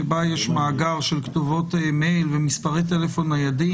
שבה יש מאגר של כתובות מייל ומספרי טלפון ניידים,